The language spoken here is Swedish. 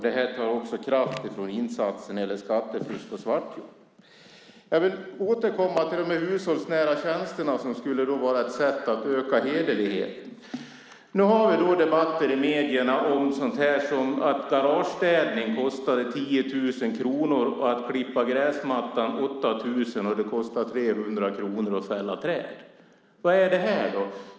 Det tar också kraft från insatser mot skattefusk och svartjobb. Jag vill återkomma till de hushållsnära tjänsterna som skulle vara ett sätt att öka hederligheten. Nu förs debatter i medierna om att garagestädning kostar 10 000 kronor och att klippa gräsmattan 8 000 kronor, men att det kostar 300 kronor att fälla träd. Vad är det här?